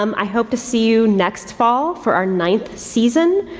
um i hope to see you next fall for our ninth season,